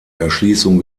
erschließung